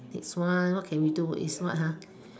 next one what can we do is what